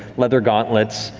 leather gauntlets,